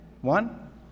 One